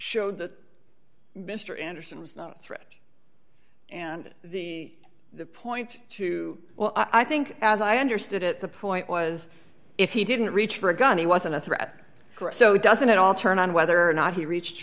showed that mr anderson was not a threat and the point to well i think as i understood it the point was if he didn't reach for a gun he wasn't a threat so it doesn't at all turn on whether or not he reached